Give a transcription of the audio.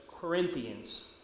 Corinthians